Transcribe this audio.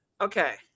okay